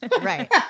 Right